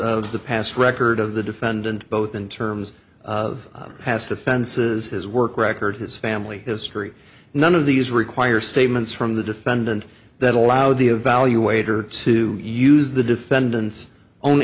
of the past record of the defendant both in terms of has to fences his work record his family history none of these require statements from the defendant that allow the evaluator to use the defendant's own